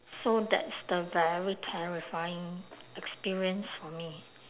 so that's the very terrifying experience for me